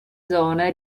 zona